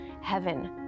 heaven